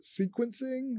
sequencing